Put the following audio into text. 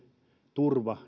turva